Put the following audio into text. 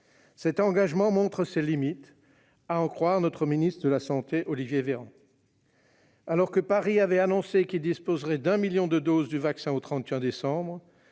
Cet engagement montre ses limites, à en croire notre ministre de la santé, Olivier Véran. Alors que Paris avait annoncé qu'il disposerait de 1 million de doses du vaccin au 31 décembre,